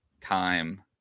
time